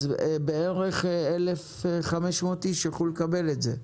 אז בערך 1,500 איש יוכלו לקבל את זה.